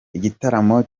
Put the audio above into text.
igitaramo